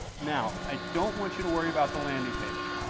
now, i don't want you to worry about the landing page.